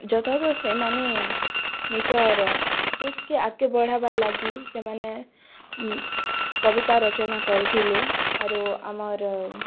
ଯର୍ଥାତ୍ ସେମାନେ ନିଜର୍ ଦେଶ୍କେ ଆଗ୍କେ ବଢ଼ାବାର୍ ଲାଗି ସେମାନେ କବିତା ରଚନା କରିଥିଲେ ଆରୁ ଆମର୍